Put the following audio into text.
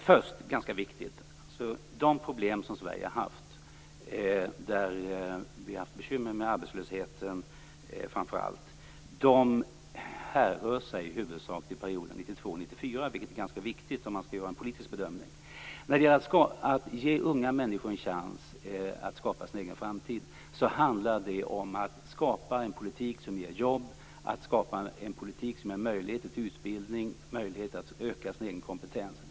Fru talman! Något som är ganska viktigt är att de problem som Sverige har haft, med bekymmer framför allt för arbetslösheten, härrör sig i huvudsak till perioden 1992-1994. Det är ganska viktigt att notera om man skall göra en politisk bedömning. När det gäller att ge unga människor en chans att skapa sin egen framtid handlar det om att skapa en politik som ger jobb, att skapa en politik som ger möjligheter till utbildning, möjlighet att öka sin egen kompetens.